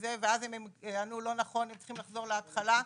ואז הם לחצו לא נכון וצריכים לחזור להתחלה.